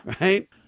right